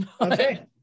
Okay